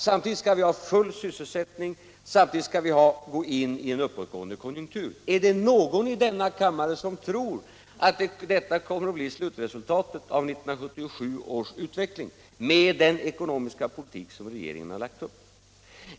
Samtidigt skall vi ha full sysselsättning och gå in i en uppåtgående konjunktur. Är det någon i denna kammare som tror att med regeringens ekonomiska politik detta kommer att bli slutresultatet av 1977 års utveckling?